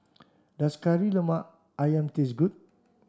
does Kari Lemak Ayam taste good